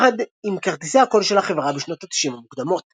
יחד עם כרטיסי הקול של החברה בשנות ה-90 המוקדמות.